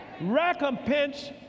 Recompense